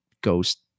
ghost